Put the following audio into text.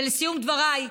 ולסיום דבריי,